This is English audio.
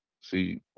See